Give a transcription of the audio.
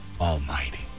Almighty